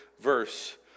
verse